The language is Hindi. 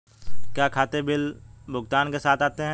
क्या खाते बिल भुगतान के साथ आते हैं?